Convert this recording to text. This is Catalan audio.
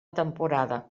temporada